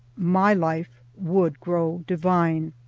my life would grow divine!